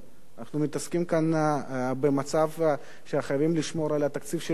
אנחנו מתעסקים כאן במצב שחייבים לשמור על התקציב של המדינה.